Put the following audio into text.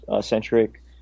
centric